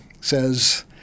says